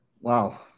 Wow